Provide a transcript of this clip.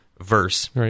verse